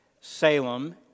Salem